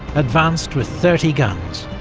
advanced with thirty guns,